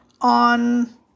on